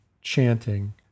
chanting